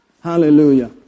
Hallelujah